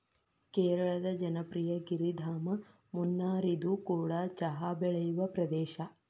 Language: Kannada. ಕೇರಳದ ಜನಪ್ರಿಯ ಗಿರಿಧಾಮ ಮುನ್ನಾರ್ಇದು ಕೂಡ ಚಹಾ ಬೆಳೆಯುವ ಪ್ರದೇಶ